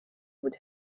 بود